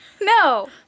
No